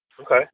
Okay